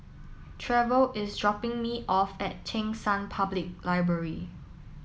Trever is dropping me off at Cheng San Public Library